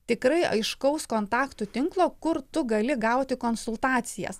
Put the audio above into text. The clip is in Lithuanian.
tikrai aiškaus kontaktų tinklo kur tu gali gauti konsultacijas